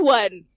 one